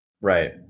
Right